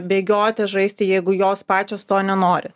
bėgioti žaisti jeigu jos pačios to nenori